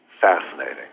fascinating